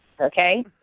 okay